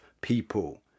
people